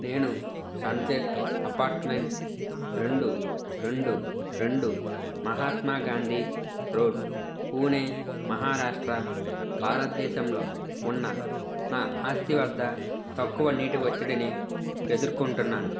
నేను sunset apartment రెండు రెండు రెండు మహాత్మాగాంధీ రోడ్ పూణే మహారాష్ట్ర భారతదేశంలో ఉన్న నా ఆస్తి వద్ద తక్కువ నీటి ఒత్తిడిని ఎదుర్కొంటున్నాను